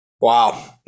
Wow